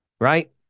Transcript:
right